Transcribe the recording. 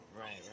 right